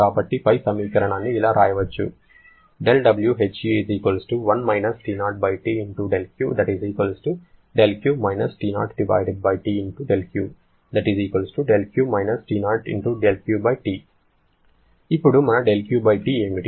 కాబట్టి పై సమీకరణాన్ని ఇలా వ్రాయవచ్చు ఇప్పుడు మన δQT ఏమిటి